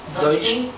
Deutsch